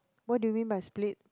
what do you mean by split